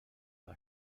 war